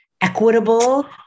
equitable